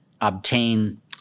obtain